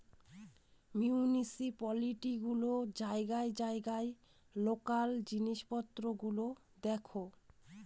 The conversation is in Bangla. মিউনিসিপালিটি গুলো জায়গায় জায়গায় লোকাল জিনিস পত্র গুলো দেখে